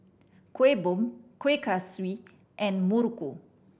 Kueh Bom Kueh Kaswi and muruku